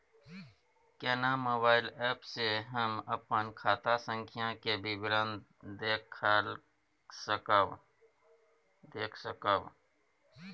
केना mobile app से हम अपन खाता संख्या के विवरण देख सकब?